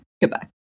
Goodbye